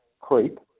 creep